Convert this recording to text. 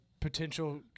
potential